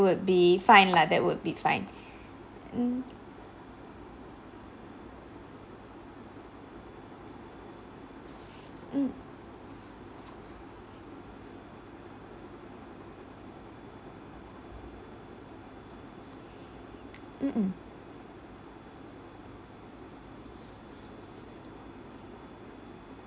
~ld be fine lah that would be fine mm mm mmhmm